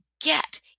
get